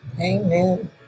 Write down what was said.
Amen